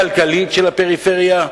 הבעיה הכלכלית של הפריפריה.